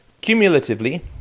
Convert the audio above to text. Cumulatively